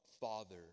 Father